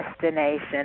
destination